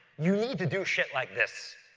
you need to do shit like this.